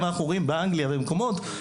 באנגליה ובמקומות אחרים,